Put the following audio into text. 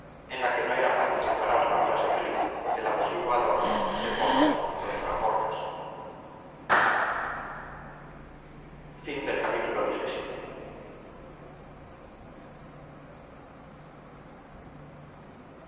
en la que no era fácil separar la frase feliz del abusivo adorno de porras y contra porras